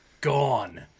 gone